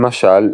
למשל,